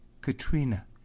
katrina